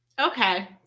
Okay